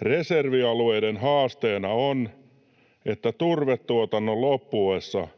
”Reservialueiden haasteena on, että turvetuotannon loppuessa